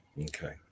Okay